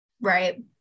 Right